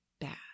bad